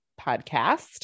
podcast